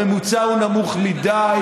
הממוצע הוא נמוך מדי,